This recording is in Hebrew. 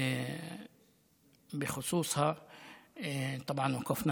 מצבה הרפואי אנוש.